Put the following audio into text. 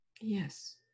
Yes